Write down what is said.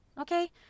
okay